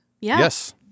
Yes